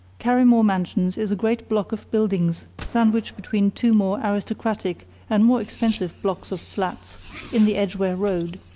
carrymore mansions is a great block of buildings sandwiched between two more aristocratic and more expensive blocks of flats in the edgware road.